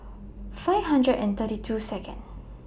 five hundred and thirty Second